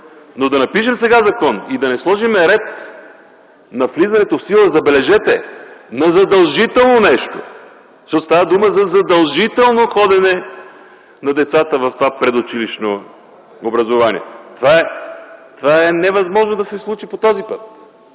Но сега да пишем закон и да не сложим ред на влизането в сила, забележете – на задължително нещо, защото става дума за задължително ходене на децата в предучилищното образование – това е невъзможно да се случи по този път,